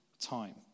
time